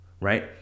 Right